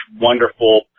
wonderful